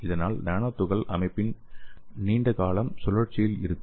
இதனால் நானோ துகள் அமைப்பில் நீண்ட காலம் சுழற்சியில் இருக்கும்